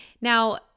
Now